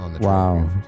wow